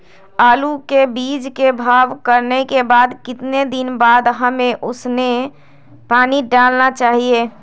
आलू के बीज के भाव करने के बाद कितने दिन बाद हमें उसने पानी डाला चाहिए?